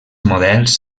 models